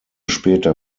später